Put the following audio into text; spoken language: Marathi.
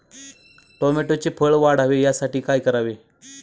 टोमॅटोचे फळ वाढावे यासाठी काय करावे?